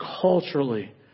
culturally